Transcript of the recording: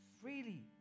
freely